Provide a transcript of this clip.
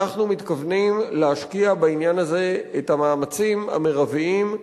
אנחנו מתכוונים להשקיע בעניין הזה את המאמצים המרביים,